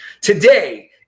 Today